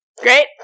Great